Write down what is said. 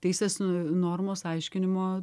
teisės normos aiškinimo